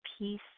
peace